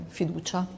fiducia